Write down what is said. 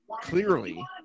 clearly